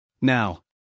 Now